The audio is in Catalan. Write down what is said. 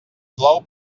plou